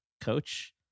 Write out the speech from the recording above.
coach